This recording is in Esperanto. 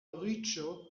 riĉo